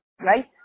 Right